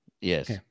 yes